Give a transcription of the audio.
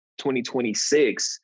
2026